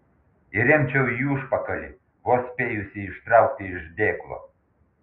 įremčiau į užpakalį vos spėjusi ištraukti iš dėklo